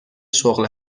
شغل